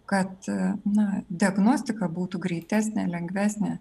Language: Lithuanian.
kad na diagnostika būtų greitesnė lengvesnė